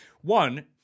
One